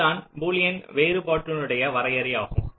இதுதான் பூலியன் வேறுபாட்டினுடைய வரையறை ஆகும்